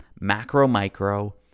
macro-micro